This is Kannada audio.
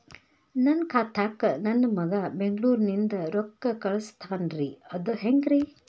ನನ್ನ ಖಾತಾಕ್ಕ ನನ್ನ ಮಗಾ ಬೆಂಗಳೂರನಿಂದ ರೊಕ್ಕ ಕಳಸ್ತಾನ್ರಿ ಅದ ಹೆಂಗ್ರಿ?